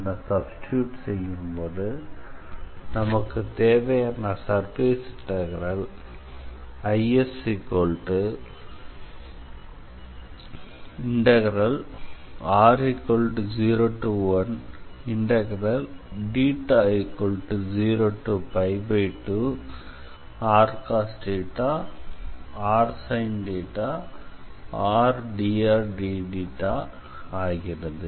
என சப்ஸ்டிட்யூட் செய்யும்போது நமக்குத் தேவையான சர்ஃபேஸ் இன்டெக்ரல் IS3r0102rcosθrsinθrdrdθ ஆகிறது